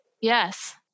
Yes